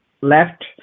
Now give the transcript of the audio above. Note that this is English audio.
left